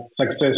success